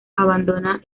abandona